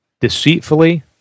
deceitfully